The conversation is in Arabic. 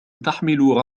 تحمل